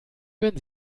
wenn